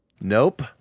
Nope